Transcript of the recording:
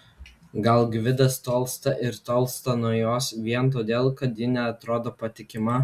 gal gvidas tolsta ir tolsta nuo jos vien todėl kad ji neatrodo patikima